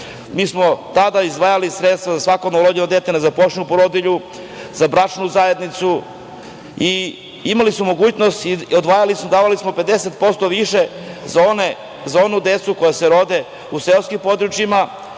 Mi smo tada izdvajali sredstva za svako novorođeno dete, nezaposlenu porodilju, za bračnu zajednicu i imali smo mogućnost, odvajali smo, davali smo 50% više za onu decu koja se rode u seoskim područjima,